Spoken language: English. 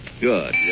Good